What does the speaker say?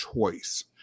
choice